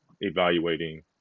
evaluating